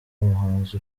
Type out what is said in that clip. umuhanzi